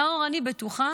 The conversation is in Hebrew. נאור, אני בטוחה,